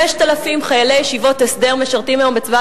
5,000 חיילי ישיבות הסדר משרתים היום בצבא,